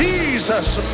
Jesus